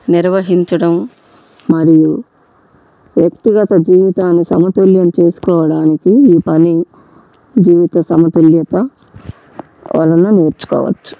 నిర్వహించడం మరియు వ్యక్తిగత జీవితాన్ని సమతుల్యం చేసుకోవడానికి ఈ పని జీవిత సమతుల్యత వలన నేర్చుకోవచ్చు